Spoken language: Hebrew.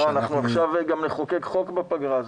אנחנו עכשיו גם נחוקק חוק בפגרה.